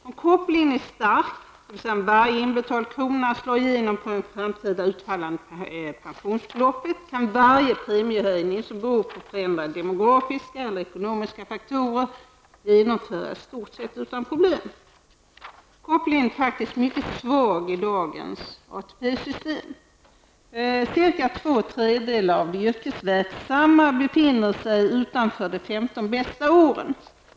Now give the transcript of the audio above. Om kopplingen är stark, dvs. om varje inbetalad krona slår igenom på det i framtiden utfallande individuella pensionsbeloppet, kan varje premiehöjning som beror på förändrade demografiska eller ekonomiska faktorer genomföras i stort sett utan problem. Kopplingen är faktiskt mycket svag i dagens ATP system. Cirka två tredjedelar av de yrkesverksamma befinner sig utanför de 15 bästa åren.